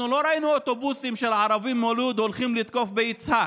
אנחנו לא ראינו אוטובוסים של ערבים מלוד הולכים לתקוף ביצהר,